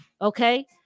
Okay